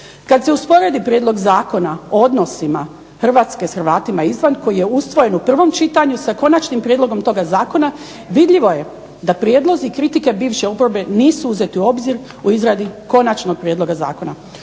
Kada se usporedi Prijedlog zakona o odnosima s Hrvatima izvan koji je ustrojen u prvom čitanju u Konačnim prijedlogom toga zakona vidljivo je da kritike i prijedlozi bivše oporbe nisu uzeti u obzir u izradi Konačnog prijedloga zakona.